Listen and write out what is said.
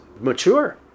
mature